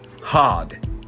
hard